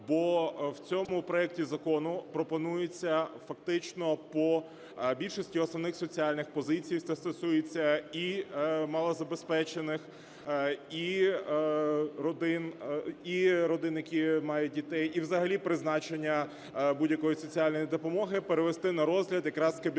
Бо в цьому проекті закону пропонується фактично по більшості основних соціальних позицій, це стосується і малозабезпечених, і родин, і родин, які мають дітей, і взагалі призначення будь-якої соціальної допомоги перевести на розгляд якраз Кабінету